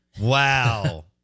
Wow